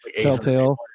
Telltale